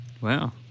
Wow